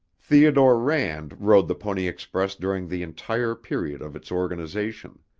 theodore rand rode the pony express during the entire period of its organization.